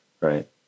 Right